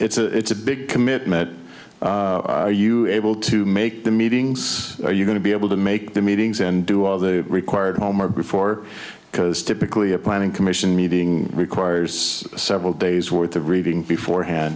it's a it's a big commitment you able to make the meetings are you going to be able to make the meetings and do all the required homework before because typically a planning commission meeting requires several days worth of reading before hand